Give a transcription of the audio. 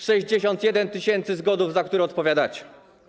61 tys. zgonów, za które odpowiadacie.